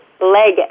leg